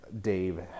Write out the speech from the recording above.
Dave